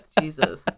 Jesus